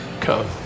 come